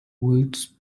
was